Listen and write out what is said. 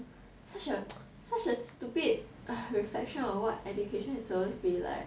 such a such a stupid reflection of what education is supposed to be like